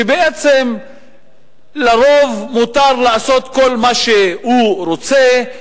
שבעצם לרוב מותר לעשות כל מה שהוא רוצה,